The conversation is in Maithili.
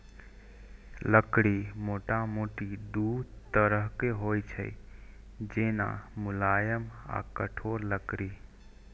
लकड़ी मोटामोटी दू तरहक होइ छै, जेना, मुलायम आ कठोर लकड़ी